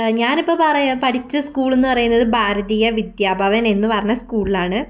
ഞാൻ ഇപ്പോൾ പറയുക പഠിച്ച സ്കൂൾ എന്ന് പറയുന്നത് ഭാരതീയ വിദ്യാഭവൻ എന്ന് പറഞ്ഞ സ്കൂളിലാണ്